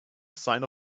sign